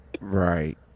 Right